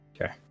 Okay